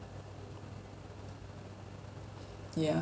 yeah